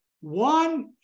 One